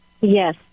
Yes